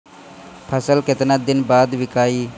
फसल केतना दिन बाद विकाई?